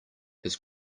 his